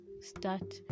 start